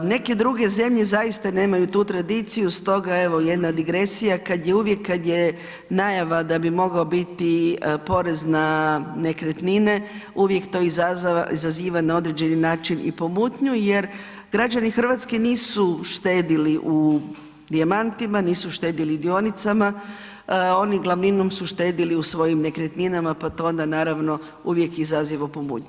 Neke druge zemlje zaista nemaju tu tradiciju stoga evo jedna digresija, kad je najava da bi mogao biti porez na nekretnine, uvijek to izaziva na određeni način i pomutnju jer građani Hrvatske nisu štedili u dijamantima, nisu štedili u dionicima, oni glavninom su štedjeli u svojim nekretninama pa to onda naravno uvijek izaziva pomutnju.